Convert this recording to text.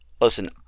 listen